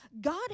God